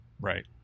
Right